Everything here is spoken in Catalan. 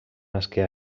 nasqué